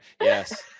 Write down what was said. Yes